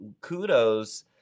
kudos